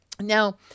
now